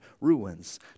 ruins